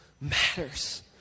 matters